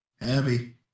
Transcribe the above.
heavy